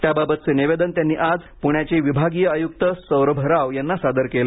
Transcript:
त्या बाबतचे निवेदन त्यांनी आज पुण्याचे विभागीय आयुक्त सौरभ राव यांना सादर केलं